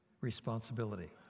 responsibility